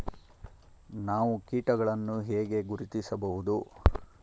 ನಾವು ಕೀಟಗಳನ್ನು ಹೇಗೆ ಗುರುತಿಸಬಹುದು?